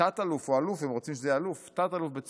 תת-אלוף או אלוף, הם רוצים שזה יהיה אלוף, אני